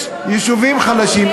יש יישובים חלשים,